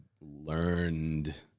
learned